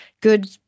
good